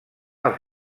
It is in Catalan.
als